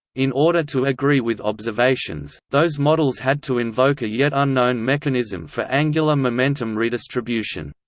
in order to agree with observations, those models had to invoke a yet unknown mechanism for angular momentum redistribution.